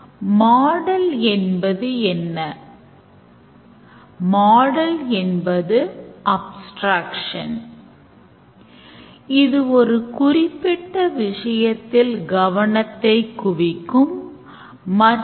இதுதான் mainline sequence மற்றும் இந்த segment க்கு விமானம் கிடைக்கவில்லை என்றால் error message மற்றும் சில காண்பிக்கப்பட்டு alternate sequence களாக இருக்கலாம்